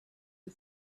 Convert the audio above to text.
you